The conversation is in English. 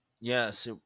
Yes